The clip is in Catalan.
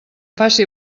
faci